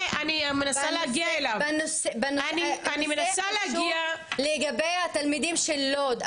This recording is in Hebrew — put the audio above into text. זה נושא חשוב לגבי התלמידים של לוד.